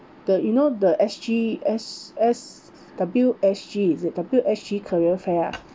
the you know the S_G S S W_S_G is it W_S_G career fair ah